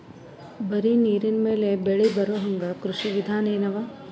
ಬರೀ ನೀರಿನ ಮೇಲೆ ಬೆಳಿ ಬರೊಹಂಗ ಕೃಷಿ ವಿಧಾನ ಎನವ?